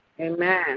Amen